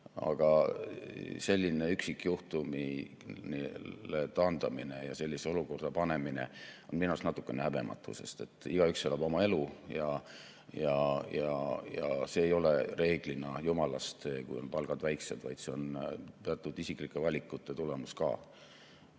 Aga selline üksikjuhtumile taandamine ja sellisesse olukorda panemine on minu arust natukene häbematu, sest igaüks elab oma elu. See ei ole reeglina jumalast, kui on väike palk, vaid see on ka teatud isiklike valikute tulemus –